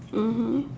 mmhmm